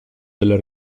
della